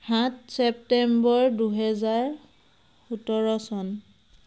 সাত ছেপ্তেম্বৰ দুহেজাৰ সোতৰ চন